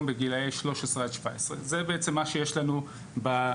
בגילאי 13-17. זה בעצם מה שיש לנו במכנה.